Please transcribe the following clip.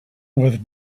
with